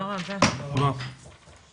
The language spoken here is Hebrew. הישיבה ננעלה בשעה 12:00.